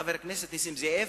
חבר הכנסת נסים זאב,